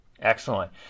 Excellent